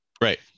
Right